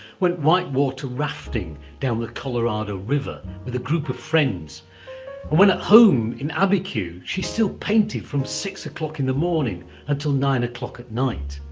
went white water rafting down the colorado river, with a group of friends and when at home in abiquiu, she still painted from six o'clock in the morning and to nine o'clock at night.